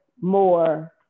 more